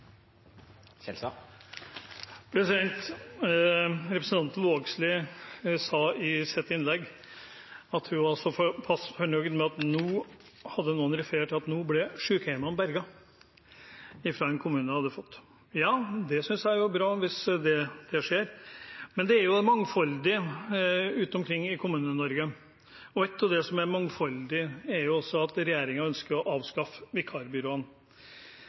sin. Representanten Vågslid sa i sitt innlegg at hun var så fornøyd med at sykehjemmet nå ble berget, det hadde hun fått høre fra en kommune. Ja, det synes jeg er bra, hvis det skjer. Men det er jo et mangfold rundt omkring i Kommune-Norge, og noe av det som er mangfoldig, er også at regjeringen ønsker å avskaffe